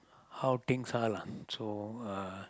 how things are lah so uh